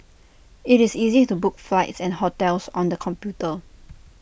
IT is easy to book flights and hotels on the computer